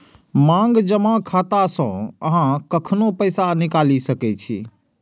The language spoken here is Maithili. मांग जमा खाता सं अहां कखनो पैसा निकालि सकै छी